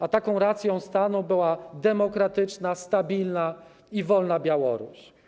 A taką racją stanu była demokratyczna, stabilna i wolna Białoruś.